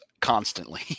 constantly